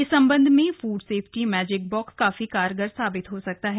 इस सबंध में फूड सेफ्टि मैजिक बॉक्स काफी कारगर साबित हो सकता है